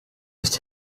nicht